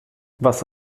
was